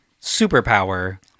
superpower